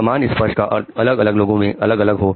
समान स्पर्श का अर्थ अलग अलग लोगों में अलग अलग हो